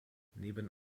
neben